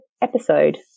episode